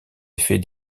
effets